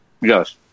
Yes